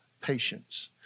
patience